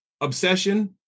Obsession